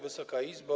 Wysoka Izbo!